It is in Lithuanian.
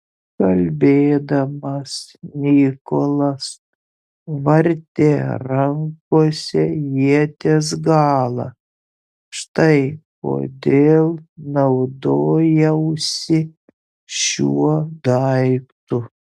kalbėdamas nikolas vartė rankose ieties galą štai kodėl naudojausi šiuo daiktu